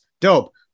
Dope